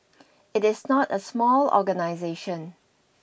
it is not a small organisation